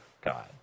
God